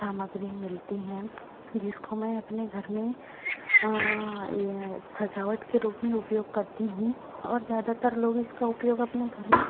सामग्री मिलती है जिसको मैं अपने घर में ये सजावट के रूप में उपयोग करती हूँ और ज़्यादातर लोग इसका उपयोग अपने घर में